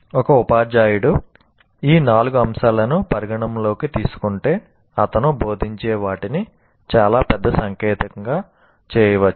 ఒక ఉపాధ్యాయుడు ఈ నాలుగు అంశాలను పరిగణనలోకి తీసుకుంటే అతను బోధించే వాటిని చాలా పెద్ద సంకేతంగా చేయవచ్చు